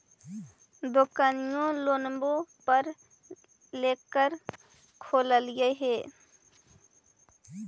दोकनिओ लोनवे पर लेकर खोललहो हे?